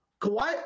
Kawhi